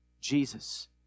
Jesus